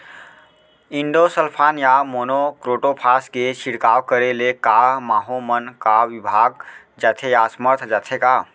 Endosulfan या monocrotophos के छिड़काव करे ले क माहो मन का विभाग जाथे या असमर्थ जाथे का?